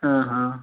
ହଁ ହଁ